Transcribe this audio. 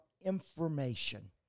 information